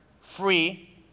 free